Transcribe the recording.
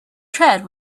tread